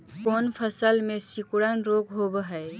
कोन फ़सल में सिकुड़न रोग होब है?